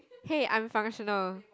hey I'm functional